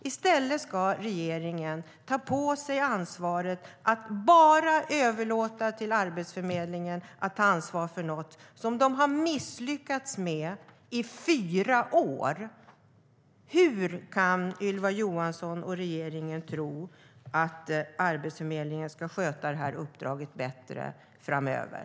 I stället ska regeringen ta på sig ansvaret att bara överlåta till Arbetsförmedlingen att ta ansvar för något som den har misslyckats med i fyra år. Hur kan Ylva Johansson och regeringen tro att Arbetsförmedlingen ska sköta uppdraget bättre framöver?